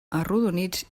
arrodonits